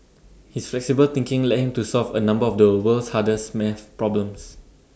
his flexible thinking led him to solve A number of the world's hardest math problems